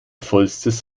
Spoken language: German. vollstes